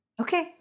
Okay